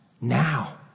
now